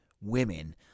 women